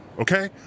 okay